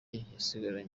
yarasigaye